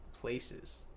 places